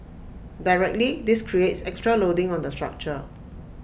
directly this creates extra loading on the structure